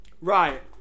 right